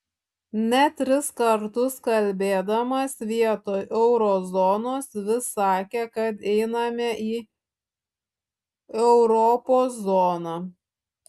net tris kartus kalbėdamas vietoj euro zonos vis sakė kad einame į europos zoną